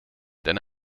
denn